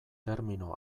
termino